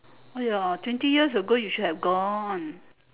!aiya! twenty years ago you should have gone